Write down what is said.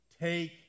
Take